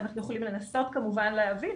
אנחנו יכולים לנסות כמובן להבין.